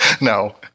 no